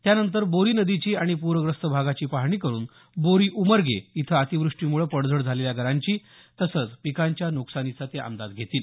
त्यानंतर बोरी नदीची आणि प्रग्रस्त भागाची पाहणी करुन बोरी उमरगे इथं अतिवृष्टीमुळे पडझड झालेल्या घरांची तसंच पिकांच्या नुकसानीचा ते अंदाज घेतील